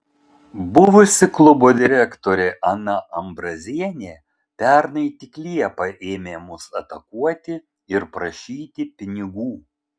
buvusi klubo direktorė ana ambrazienė pernai tik liepą ėmė mus atakuoti ir prašyti pinigų